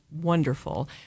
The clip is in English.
wonderful